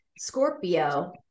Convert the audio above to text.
Scorpio